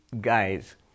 guys